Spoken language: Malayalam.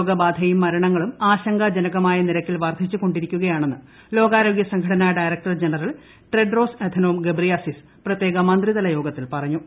രോഗബാധയും മരണങ്ങളും ആശങ്കാജനകമായ നിരക്കിൽ വർദ്ധിച്ച് കൊണ്ടിരിക്കുകയാണെന്ന് ലോകാരോഗ്യ സംഘടനയുടെ ഡയറക്ടർ ജനറൽ ക് ടെഡ്രോസ് അഥനോം ഗബ്രിയാസിസ് പ്രത്യേക മന്ത്രിതലൂ ട്യോഗത്തിൽ പറഞ്ഞു